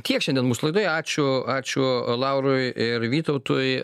tiek šiandien mūsų laidoje ačiū ačiū laurui ir vytautui